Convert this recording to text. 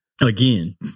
again